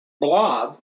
blob